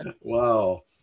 Wow